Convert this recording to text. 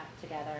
together